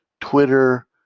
Twitter